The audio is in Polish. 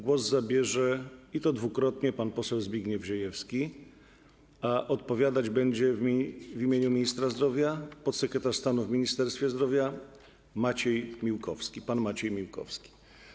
Głos zabierze, i to dwukrotnie, pan poseł Zbigniew Ziejewski, a odpowiadać będzie w imieniu ministra zdrowia podsekretarz stanu w Ministerstwie Zdrowia pan Maciej Miłkowski.